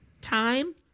time